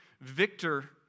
victor